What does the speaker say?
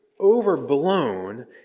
overblown